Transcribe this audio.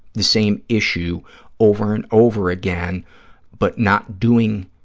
the same issue over and over again but not doing